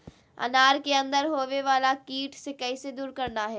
अनार के अंदर होवे वाला कीट के कैसे दूर करना है?